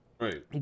right